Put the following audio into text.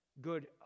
good